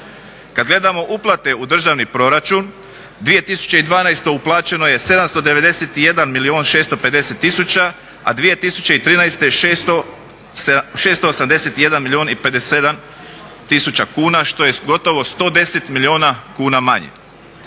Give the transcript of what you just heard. Kad gledamo uplate u državni proračun 2012. uplaćeno je 791 milijun 650 tisuća a 2013. 681 milijun i 57 tisuća kuna što je gotovo 110 milijuna kuna manje.